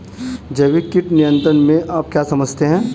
जैविक कीट नियंत्रण से आप क्या समझते हैं?